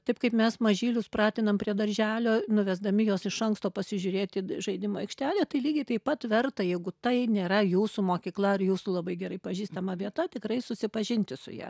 taip kaip mes mažylius pratinam prie darželio nuvesdami juos iš anksto pasižiūrėti žaidimų aikštelė tai lygiai taip pat verta jeigu tai nėra jūsų mokykla ar jūsų labai gerai pažįstama vieta tikrai susipažinti su ja